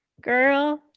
girl